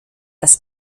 das